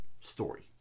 story